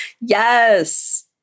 Yes